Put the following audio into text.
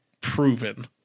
proven